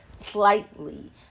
slightly